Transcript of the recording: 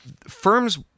Firms